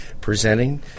presenting